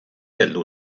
heldu